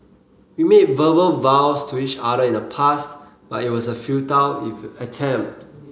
we made verbal vows to each other in the past but it was a futile attempt